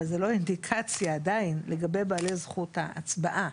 אבל זה לא אינדיקציה עדיין לגבי בעלי זכות ההצבעה,